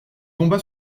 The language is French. tomba